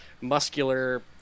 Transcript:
muscular